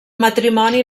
matrimoni